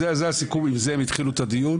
זה הסיכום ועם זה הם התחילו את הדיון,